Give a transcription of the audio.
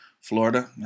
Florida